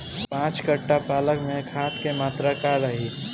पाँच कट्ठा पालक में खाद के मात्रा का रही?